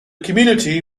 community